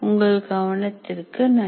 உங்கள் கவனத்திற்கு நன்றி